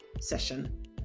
session